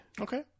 Okay